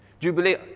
Jubilee